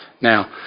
Now